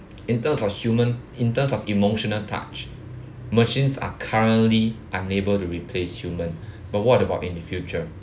in terms of human in terms of emotional touch machines are currently unable to replace human but what about in the future